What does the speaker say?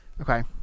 Okay